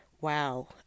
Wow